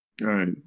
right